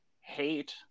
hate